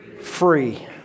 free